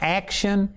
action